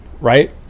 Right